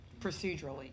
procedurally